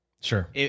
sure